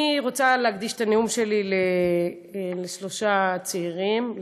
אני רוצה להקדיש את הנאום שלי לשלושה צעירים,